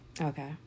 Okay